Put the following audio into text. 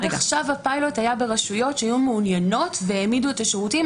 עד עכשיו הפיילוט היה ברשויות שהיו מעוניינות והעמידו את השירותים.